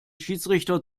schiedsrichter